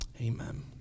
Amen